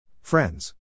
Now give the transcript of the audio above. Friends